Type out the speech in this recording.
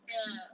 ya